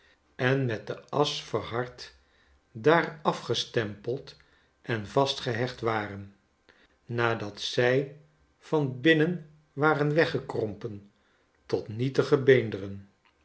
en met de asch verhard daar afgestempeld en vastgehecht waren nadat zij van binnen waren weggekrompen tot nietige beenderen